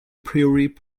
priori